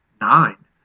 nine